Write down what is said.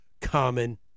common